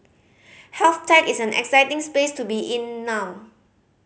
health tech is an exciting space to be in now